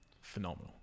phenomenal